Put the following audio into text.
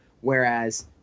whereas